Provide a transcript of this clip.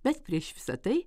bet prieš visa tai